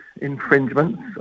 infringements